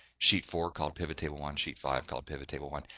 sheet four called pivot table one. sheet five called pivot table one.